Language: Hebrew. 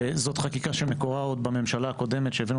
זאת חקיקה שמקורה עוד בממשלה הקודמת שהבאנו